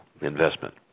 investment